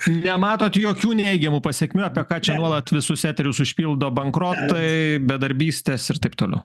nematot jokių neigiamų pasekmių apie ką čia nuolat visus eterius užpildo bankrotai bedarbystės ir taip toliau